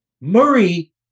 Murray